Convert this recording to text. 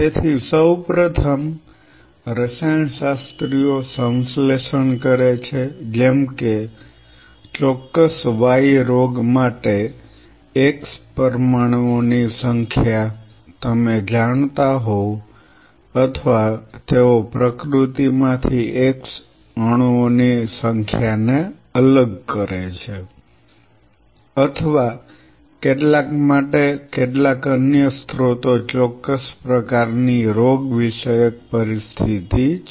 તેથી સૌ પ્રથમ રસાયણશાસ્ત્રીઓ સંશ્લેષણ કરે છે જેમ કે ચોક્કસ y રોગ માટે x પરમાણુઓની સંખ્યા તમે જાણો છો અથવા તેઓ પ્રકૃતિમાંથી x અણુઓની સંખ્યાને અલગ કરે છે અથવા કેટલાક માટે કેટલાક અન્ય સ્ત્રોતો ચોક્કસ પ્રકારની રોગવિષયક પરિસ્થિતિ છે